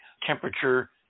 temperature